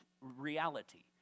reality